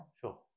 Sure